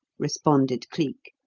responded cleek.